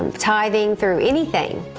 tithing, through anything,